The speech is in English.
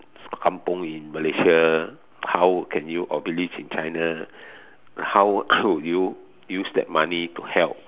kampung in Malaysia how can you or village in China how could you use that money to help